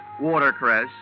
watercress